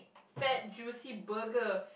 fat juicy burger